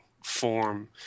form